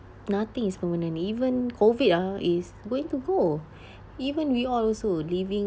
nothing is permanent even COVID ah is going to go even we all also living